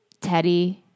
Teddy